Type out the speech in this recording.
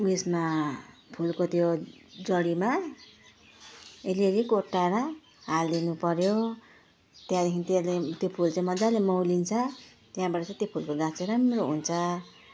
उयसमा फुलको त्यो जडीमा अलिअलि कोट्याएर हालिदिनु पर्यो त्यहाँदेखि त्यसले त्यो फुल चाहिँ मजाले मौलिन्छ त्यहाँबाट चाहिँ त्यो फुलको गाछ चाहिँ राम्रो हुन्छ